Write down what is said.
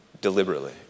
deliberately